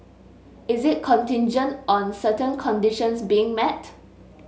is it contingent on certain conditions being met